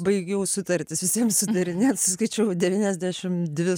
baigiau sutartis visiems sudarinėti suskaičiavau devyniasdešimt dvi